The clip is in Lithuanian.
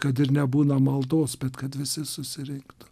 kad ir nebūna maldos bet kad visi susirinktų